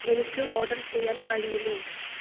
എനിക്ക് ഓർഡർ ചെയ്യാൻ കഴിയുമോ